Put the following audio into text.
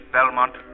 Belmont